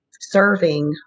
serving